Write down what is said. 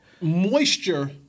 moisture